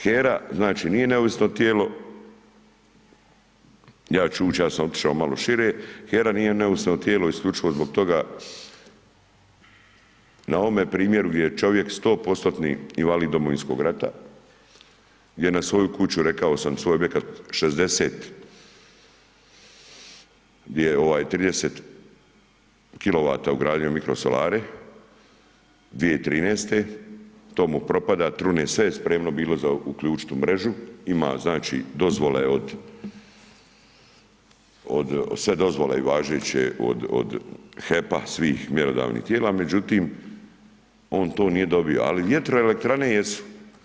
HERA znači nije neovisno tijelo, ja ću ući, ja sam otišao malo šire, HERA nije neovisno tijelo isključivo zbog toga na ovome primjeru gdje je čovjek 100%-tni invalid Domovinskog rata, gdje je na svoju kuću rekao sam, svoj objekat 60 000, gdje je 30 kw ugradio mikrosolare, 2013., to mu propada, trune sve, spremno bilo za uključit u mrežu, ima znači sve dozvole važeće od HEP-a, svih mjerodavnih tijela, međutim on to nije dobio ali vjetroelektrane jesu.